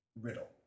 riddle